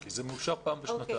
‏כי זה מאושר פעם בשנתיים.